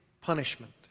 punishment